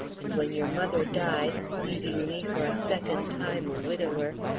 and when your mother died, leaving me for a second time a widower,